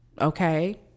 Okay